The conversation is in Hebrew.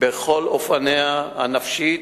בכל אופניה, נפשית,